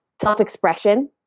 self-expression